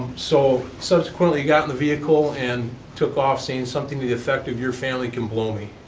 so subsequently he got in the vehicle, and took off saying something to the effect of your family can blow me.